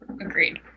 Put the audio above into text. Agreed